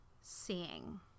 seeing